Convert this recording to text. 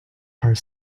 heart